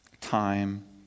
time